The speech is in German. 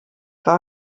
war